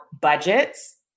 budgets